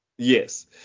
Yes